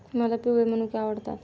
मला पिवळे मनुके आवडतात